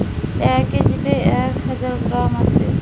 এক কেজিতে এক হাজার গ্রাম আছে